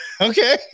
okay